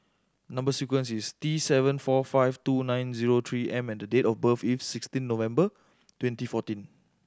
number sequence is T seven four five two nine zero Three M and date of birth is sixteen November twenty fourteen